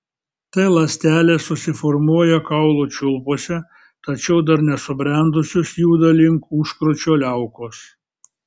t ląstelės susiformuoja kaulų čiulpuose tačiau dar nesubrendusios juda link užkrūčio liaukos